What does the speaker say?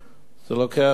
זה לוקח זמן.